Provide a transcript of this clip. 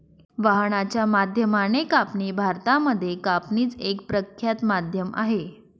वाहनाच्या माध्यमाने कापणी भारतामध्ये कापणीच एक प्रख्यात माध्यम आहे